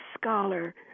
scholar